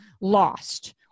lost